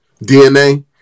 DNA